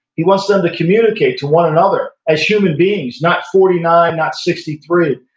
he wants them to communicate to one another as human beings, not forty nine, not sixty three.